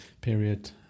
period